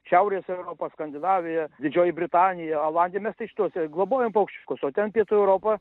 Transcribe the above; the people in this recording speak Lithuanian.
šiaurės europa skandinavija didžioji britanija olandija mes tai šitus globojam paukščiukus o ten pietų europa